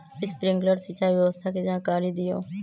Sprinkler सिंचाई व्यवस्था के जाकारी दिऔ?